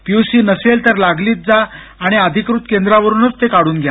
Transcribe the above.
PUC नसेल तर लागलीच जा आणि अधिकृत केंद्रावरूनच ते काढून घ्या